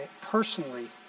personally